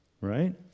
right